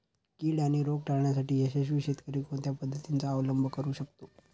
कीड आणि रोग टाळण्यासाठी यशस्वी शेतकरी कोणत्या पद्धतींचा अवलंब करू शकतो?